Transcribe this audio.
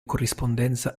corrispondenza